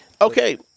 Okay